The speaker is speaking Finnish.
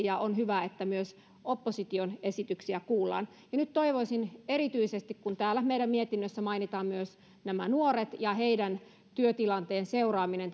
ja on hyvä että myös opposition esityksiä kuullaan nyt toivoisin erityisesti kun täällä meidän mietinnössämme mainitaan myös nämä nuoret ja heidän työtilanteensa seuraaminen